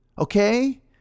okay